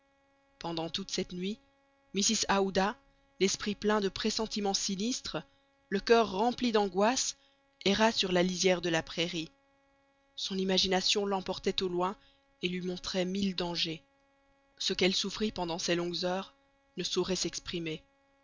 pendant toute cette nuit mrs aouda l'esprit plein de pressentiments sinistres le coeur rempli d'angoisses erra sur la lisière de la prairie son imagination l'emportait au loin et lui montrait mille dangers ce qu'elle souffrit pendant ces longues heures ne saurait s'exprimer